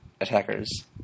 attackers